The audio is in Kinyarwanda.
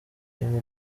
nimba